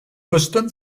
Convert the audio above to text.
boston